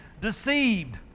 deceived